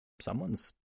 Someone's